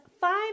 five